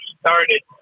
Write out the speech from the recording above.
started